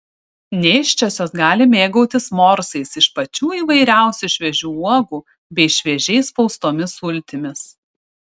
nėščiosios gali mėgautis morsais iš pačių įvairiausių šviežių uogų bei šviežiai spaustomis sultimis